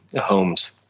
homes